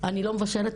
אני לא מבשלת,